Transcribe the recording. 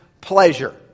pleasure